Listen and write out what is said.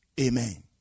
Amen